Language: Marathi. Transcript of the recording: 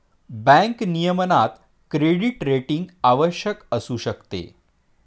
बँक नियमनात क्रेडिट रेटिंग आवश्यक असू शकते